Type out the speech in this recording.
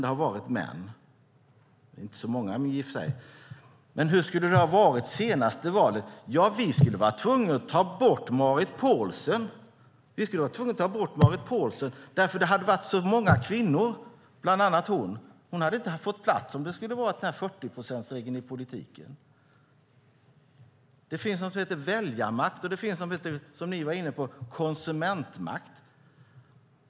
De är i och för sig inte så många, men ändå. Hur skulle det ha varit vid det senaste valet? Vi skulle vara tvungna att ta bort Marit Paulsen därför att det skulle ha varit för många kvinnor, bland andra hon. Hon skulle inte ha fått plats om vi skulle ha haft 40-procentsregeln i politiken. Det finns något som heter väljarmakt, och det finns något som heter konsumentmakt, som ni var inne på.